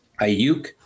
Ayuk